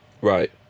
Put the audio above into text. Right